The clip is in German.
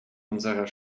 unserer